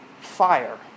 fire